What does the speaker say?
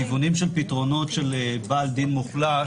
אביא כדוגמה כיוונים של פתרונות של בעל דין מוחלש.